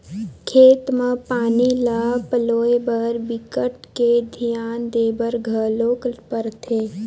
खेत म पानी ल पलोए बर बिकट के धियान देबर घलोक परथे